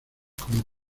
como